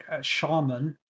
shaman